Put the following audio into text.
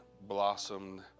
blossomed